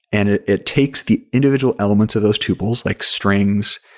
and it it takes the individual elements of those tuples, like strings,